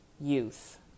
youth